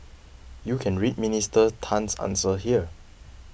you can read Minister Tan's answer here